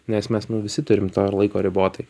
nes mes nu visi turim to ir laiko ribotai